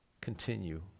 continue